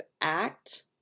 act